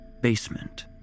Basement